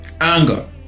anger